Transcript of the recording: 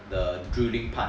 the drilling pipe